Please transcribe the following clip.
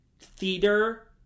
theater